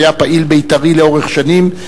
שהיה פעיל בית"רי לאורך שנים,